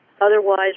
otherwise